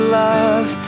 love